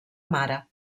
mare